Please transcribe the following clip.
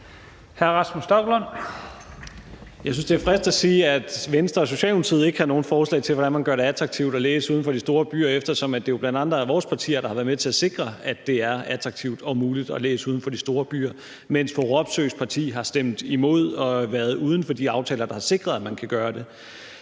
Jeg synes, det er friskt at sige, at Venstre og Socialdemokratiet ikke har nogen forslag til, hvordan man gør det attraktivt at læse uden for de store byer, eftersom det jo bl.a. er vores partier, der har været med til at sikre, at det er attraktivt og muligt at læse uden for de store byer, mens fru Katrine Robsøes parti har stemt imod og været uden for de aftaler, der har sikret, at man kan gøre det.